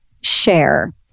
share